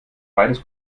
beides